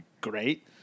great